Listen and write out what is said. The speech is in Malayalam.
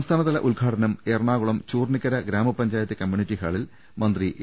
സംസ്ഥാനതല ഉദ്ഘാടനം എറണാകുളം ചൂർണിക്കര ഗ്രാമപഞ്ചായത്ത് കമ്മ്യൂണിറ്റി ഹാളിൽ മന്ത്രി എ